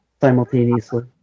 simultaneously